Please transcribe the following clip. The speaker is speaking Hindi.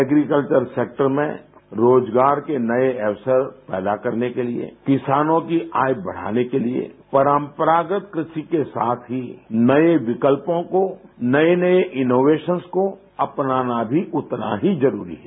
एग्रीकल्चर सेक्टर में रोजगार के नए अवसर पैदा करने के लिए किसानों की आय बढ़ाने के लिए परंपरागत कृषि के साथ ही नए विकल्पों को नए नए इनोवेशस को अपनाना भी उतना ही जरूरी है